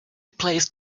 placed